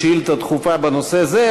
כמה חברי כנסת שהגישו שאילתה דחופה בנושא הזה,